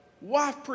Wife